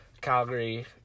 calgary